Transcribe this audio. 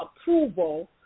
approval